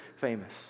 famous